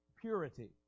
purity